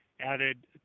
added